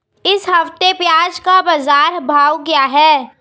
इस हफ्ते प्याज़ का बाज़ार भाव क्या है?